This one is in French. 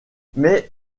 mais